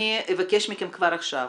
אני אבקש מכם כבר עכשיו